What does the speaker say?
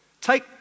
take